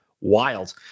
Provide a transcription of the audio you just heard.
wild